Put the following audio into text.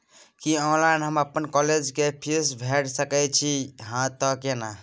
की online हम अपन college के फीस भैर सके छि यदि हाँ त केना?